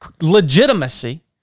legitimacy